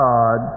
God